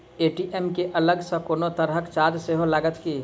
ATM केँ अलग सँ कोनो तरहक चार्ज सेहो लागत की?